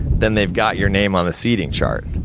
then they've got your name on the seating chart.